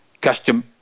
custom